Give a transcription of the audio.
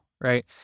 Right